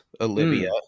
Olivia